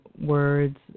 words